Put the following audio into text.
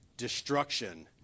destruction